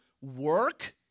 work